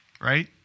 right